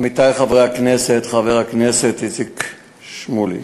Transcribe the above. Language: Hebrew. עמיתי חברי הכנסת, חבר הכנסת איציק שמולי,